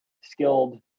skilled